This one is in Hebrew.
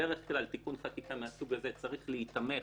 בדרך כלל תיקון חקיקה מהסוג הזה צריך להיתמך